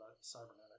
cybernetics